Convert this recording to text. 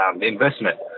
investment